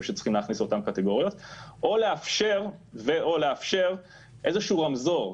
שצריכים להכניס אותן ו/או לאפשר איזשהו רמזור,